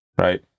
right